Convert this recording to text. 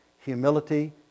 Humility